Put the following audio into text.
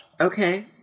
Okay